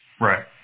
Right